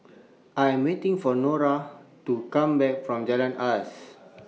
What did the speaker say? I'm waiting For Norah to Come Back from Jalan Asas